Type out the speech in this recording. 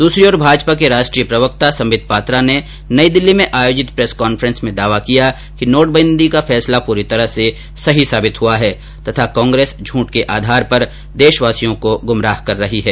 द्सरी और भाजपा के राष्ट्रीय प्रवक्ता संबित पात्रा ने नई दिल्ली में आयोजित प्रेस कॉन्फेंस में दावा किया कि नोटबंदी का फैसला पूरी तरह सही साबित हुआ है तथा कांग्रेस झूठ के आधार पर देशवासियों को गुमराह कर रही है